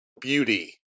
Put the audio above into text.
beauty